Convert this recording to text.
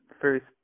first